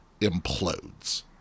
implodes